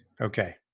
Okay